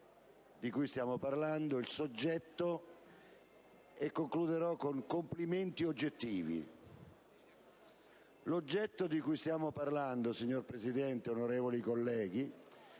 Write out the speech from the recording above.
di cui stiamo parlando, il soggetto, e la concluderò con "complimenti" oggettivi. L'oggetto di cui stiamo parlando, signora Presidente e onorevoli colleghi,